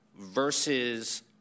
versus